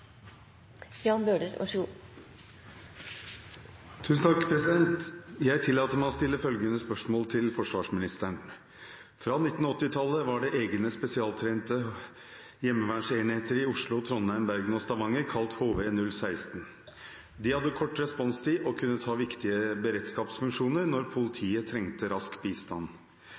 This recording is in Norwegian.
forsvarsministeren: «På 1980-tallet var det egne spesialtrente HV-enheter i Oslo, Trondheim, Bergen og Stavanger kalt HV-016. De hadde kort responstid og kunne ha viktige beredskapsfunksjoner når politiet trengte rask bistand